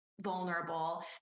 vulnerable